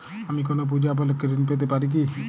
আমি কোনো পূজা উপলক্ষ্যে ঋন পেতে পারি কি?